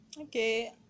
Okay